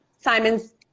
Simon's